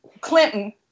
Clinton